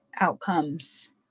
outcomes